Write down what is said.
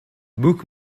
book